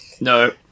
No